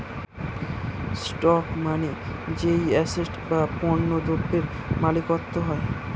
stock মানে যেই asset বা পণ্য দ্রব্যের মালিকত্ব হয়